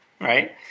right